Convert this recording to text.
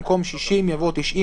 במקום "60" יבוא "90",